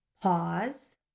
Pause